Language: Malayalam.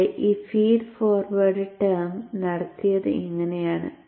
ഇവിടെ ഈ ഫീഡ് ഫോർവേഡ് ടേം നടത്തിയത് ഇങ്ങനെയാണ്